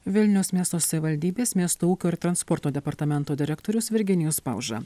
vilniaus miesto savivaldybės miesto ūkio ir transporto departamento direktorius virginijus pauža